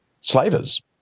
slavers